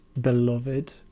beloved